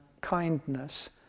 kindness